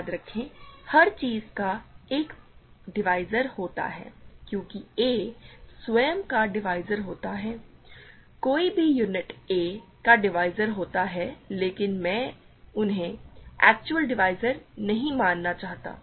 याद रखें हर चीज का एक डिवीज़र होता है क्योंकि a स्वयं का डिवीज़र होता है कोई भी यूनिट a का डिवीज़र होता है लेकिन मैं उन्हें एक्चुअल डिवीज़र्स नहीं मानना चाहता